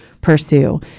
pursue